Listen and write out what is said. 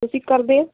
ਤੁਸੀਂ ਕਰਦੇ